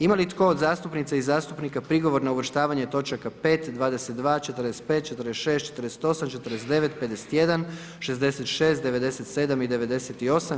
Imali i tko od zastupnika i zastupnica prigovor na uvrštavanje točaka 5., 22., 45., 46., 48., 49., 51., 66., 97. i 98.